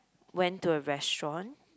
went to a restaurant